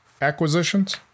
acquisitions